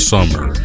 Summer